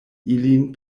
ilin